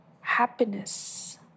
happiness